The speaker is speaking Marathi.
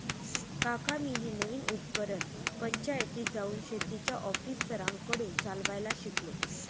काका मी हे नवीन उपकरण पंचायतीत जाऊन शेतीच्या ऑफिसरांकडून चालवायला शिकलो